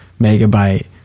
megabyte